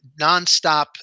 nonstop